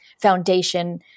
foundation